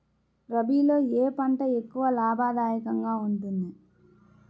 రబీలో ఏ పంట ఎక్కువ లాభదాయకంగా ఉంటుంది?